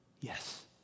Yes